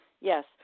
Yes